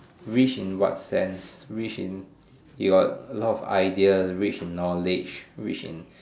rich in what sense rich in he got a lot of ideas rich in knowledge rich in